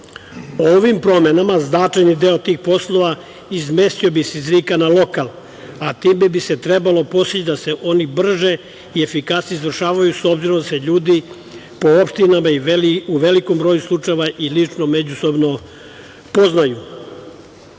promenama značajni deo tih poslova izmestio bi se iz RIK-a na lokal, a time bi se trebalo postići da se oni brže i efikasnije izvršavaju, s obzirom da se ljudi po opštinama u velikom broju slučajeva i lično međusobno poznaju.